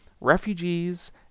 refugees